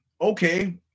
okay